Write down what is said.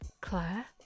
Claire